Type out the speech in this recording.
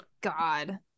god